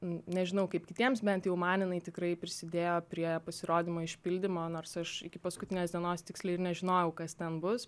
nežinau kaip kitiems bent jau man jinai tikrai prisidėjo prie pasirodymo išpildymo nors aš iki paskutinės dienos tiksliai ir nežinojau kas ten bus